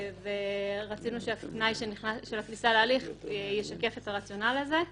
רצינו שהתנאי של הכניסה להליך ישקף את הרציונל הזה.